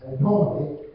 normally